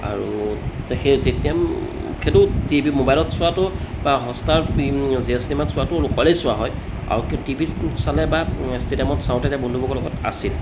আৰু সেই সেইটো টিভি মোবাইলত চোৱাটো বা হট ষ্টাৰত জিঅ' চিনেমাত চোৱাটো অকলেই চোৱা হয় আৰু টিভি চালে বা ষ্টেডিয়ামত চাওঁতে বন্ধুবৰ্গৰ লগত আছিল